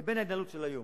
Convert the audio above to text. לבין ההתנהלות של היום.